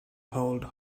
hold